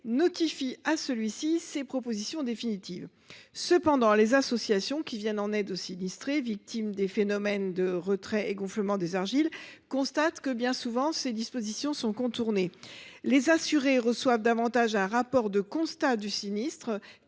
notifie à celui ci ses propositions définitives ». Cependant, les associations qui viennent en aide aux sinistrés victimes des phénomènes de retrait gonflement des argiles constatent que ces dispositions sont bien souvent contournées. Les assurés reçoivent davantage un rapport de constat du sinistre